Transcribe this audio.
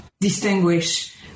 distinguish